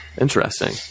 Interesting